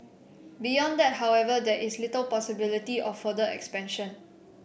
beyond that however there is little possibility of further expansion